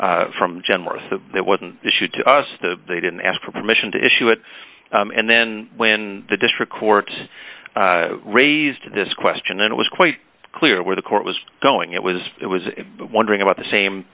from generous that that wasn't issued to us the they didn't ask for permission to issue it and then when the district court raised this question it was quite clear where the court was going it was it was wondering about the same